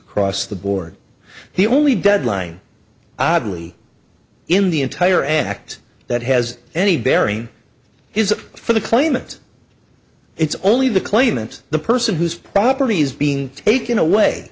across the board he only deadline oddly in the entire act that has any bearing his for the claimants it's only the claimant the person whose property is being taken away